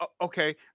Okay